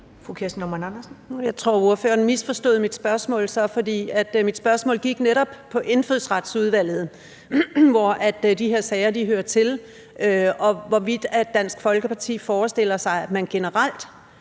Jeg tror, ordføreren misforstod mit spørgsmål så, for mit spørgsmål gik netop på Indfødsretsudvalget, hvor de her sager hører til, og hvorvidt Dansk Folkeparti forestiller sig, at man generelt